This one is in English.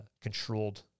controlled